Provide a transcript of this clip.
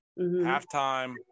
halftime